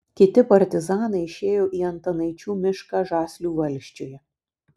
kiti partizanai išėjo į antanaičių mišką žaslių valsčiuje